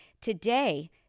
Today